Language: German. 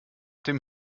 dem